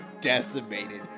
decimated